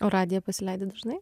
o radiją pasileidi dažnai